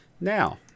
now